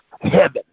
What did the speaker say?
Heaven